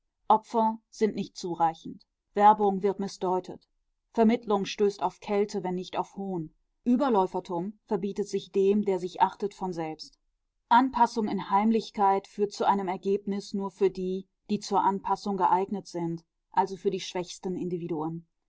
opfer sind nicht zureichend werbung wird mißdeutet vermittlung stößt auf kälte wenn nicht auf hohn überläufertum verbietet sich dem der sich achtet von selbst anpassung in heimlichkeit führt zu einem ergebnis nur für die die zur anpassung geeignet sind also für die schwächsten individuen